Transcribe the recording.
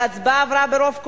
וההצעה עברה ברוב קולות.